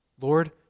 Lord